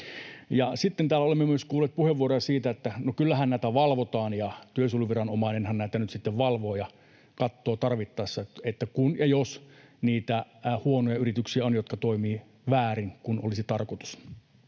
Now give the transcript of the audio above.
Sitten täällä olemme myös kuulleet puheenvuoroja siitä, että no kyllähän näitä valvotaan ja työsuojeluviranomainenhan näitä nyt sitten valvoo ja katsoo tarvittaessa, kun ja jos on niitä huonoja yrityksiä, jotka toimivat väärin, toisin kuin olisi tarkoitus.